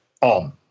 on